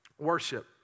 Worship